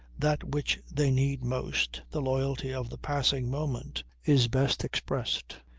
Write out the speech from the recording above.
that which they need most, the loyalty of the passing moment, is best expressed.